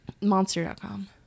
monster.com